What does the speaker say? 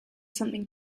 something